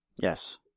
Yes